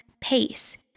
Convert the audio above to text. pace